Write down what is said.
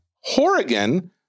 Horrigan